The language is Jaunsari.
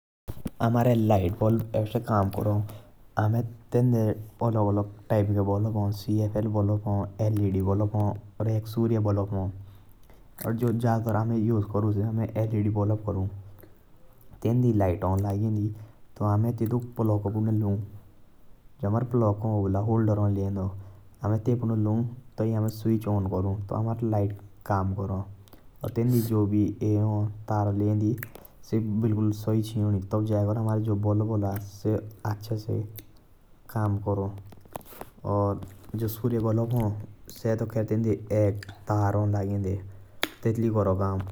हमारे light bulb असे काम करे। अमारे आँदे अलग अलग बल्ब हा। सीएफएल हा, एलईडी हा, सूर्य बल्ब हा। और जो अमे जादा तर यूज़ करू से एलईडी बल्ब का यूज़ करू।